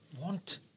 want